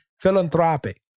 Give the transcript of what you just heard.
philanthropic